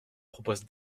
propose